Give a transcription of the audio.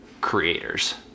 creators